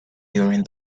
during